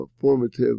formative